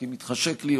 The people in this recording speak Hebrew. כי מתחשק לי,